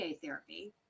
therapy